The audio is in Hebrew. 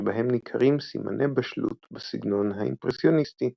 שבהם ניכרים סימני בשלות בסגנון האימפרסיוניסטי.